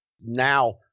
now –